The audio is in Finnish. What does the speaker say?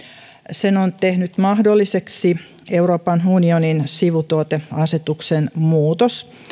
sen on tehnyt mahdolliseksi euroopan unionin sivutuoteasetuksen muutos